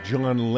John